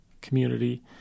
community